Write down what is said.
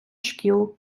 шкіл